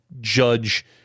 judge